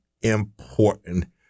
important